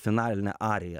finalinę ariją